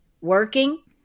working